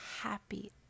happy